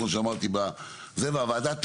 והוועדה תעקוב,